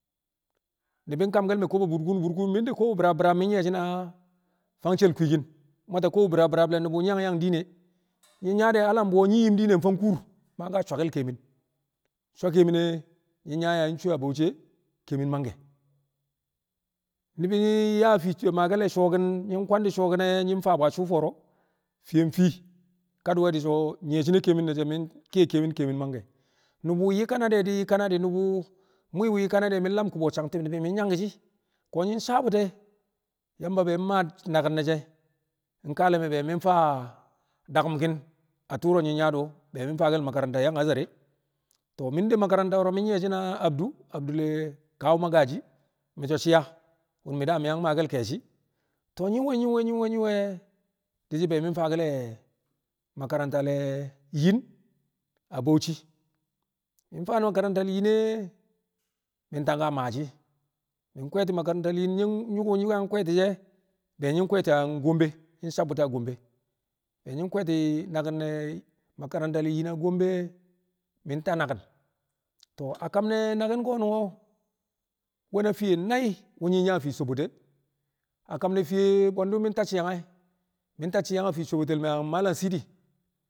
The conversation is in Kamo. Ni̱bi̱ kamke̱l me̱ kobo burkuun burkuun mi̱ dekkel kobo bi̱raab bi̱raab mi̱ nyi̱ye̱ na fang she̱l kwiikin mwata kobo bi̱raab bi̱raab le̱ nu̱bu̱ nyi̱ yaa yang diin e nyi̱ yaa de̱ alam bu̱wo̱ nyi̱ yim diine mfang kuur man ka shwake̱l kẹe̱min shwa ke̱e̱mi̱n nyi̱ yaa yaa nyi̱ cu a Bauchi e ke̱e̱mi̱n mangke̱ ni̱bi̱ i- yaa fii maake̱l su̱wo̱ki̱ne̱ nyi̱ kwangdi̱ su̱wo̱ki̱ne̱ nyi̱ faa bu̱ a suu fo̱o̱ro̱ fiyen fii kadi̱we̱di̱ so̱ nyi̱ye̱ shi̱ne̱ ke̱e̱mi̱n ne̱ she̱ mi̱ kiye ke̱e̱mi̱n mangke̱ nu̱bu̱ yi kanadi̱ e di̱ yi kanadi̱ nu̱bu̱ mwi̱i̱ bu̱ yi kanadi̱ de̱ mi̱ lam kubo a sang ti̱b ni̱bi̱ mi̱ nyanki̱ shi̱ ko̱ nyi̱ sabu̱tɪ e̱ Yamba be mmaa naki̱n ne̱ she̱ nkale me̱ be mi̱ faa daku̱mki̱n a tu̱ro nyi̱ yaa do̱ be mi̱ faake̱l makaranta yang Azare to̱o̱ mi̱ de makaranta wo̱ro̱ mi̱ nyi̱ye̱ shi̱ na Abdu Abdul le̱ kawo Magaji mi̱ so̱ shi̱ yaa wo̱m mi̱ da mi̱ yang maa ke̱e̱shi̱ to̱o̱ nyi̱ we̱ nyi̱ we̱ nyi̱ we̱ nyi̱ we̱ di̱ shi̱ be mi̱ faake̱l le̱ makaranta le̱ yin a Bauchi mi̱ faa makaranta le̱ yin ne̱ mi̱ tangka maashi̱ mị kwe̱e̱ti̱ makaranta yin ne̱ nƴu̱ku̱ nyi̱ yang kwe̱e̱ti̱ she̱ be nƴi̱ kwe̱e̱ta Gombe nyi̱ sabbu̱ta Gombe be nƴi̱ kwẹe̱ta naki̱n ne̱ makaranta le yin a Gombe. Mi̱ ta naki̱ to̱o̱ kam ne̱ naki̱n ko̱nu̱n nwe̱na fiye nai̱ wu̱ nƴi̱ yaa fii sobote a kam ne̱ fiye bwe̱ndu̱ mi̱ tacci̱ yang e̱ mi̱ tacci̱ yang fii sobotol me̱ Mallam Sidi